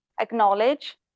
acknowledge